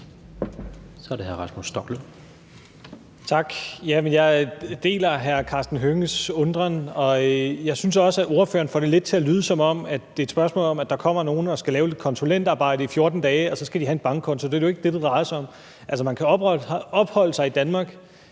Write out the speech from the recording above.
Kl. 16:55 Rasmus Stoklund (S): Tak. Jeg deler hr. Karsten Hønges undren, og jeg synes også, at ordføreren lidt får det til at lyde, som om det er et spørgsmål om, at der kommer nogen og skal lave lidt konsulentarbejde i 14 dage, og så skal de have en bankkonto. Det er jo ikke det, det drejer sig om. Man kan opholde sig i Danmark